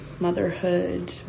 motherhood